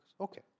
Okay